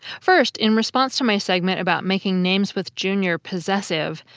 first, in response to my segment about making names with jr possessive,